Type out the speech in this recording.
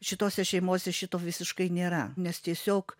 šitose šeimose šito visiškai nėra nes tiesiog